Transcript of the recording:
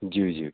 ज्यू ज्यू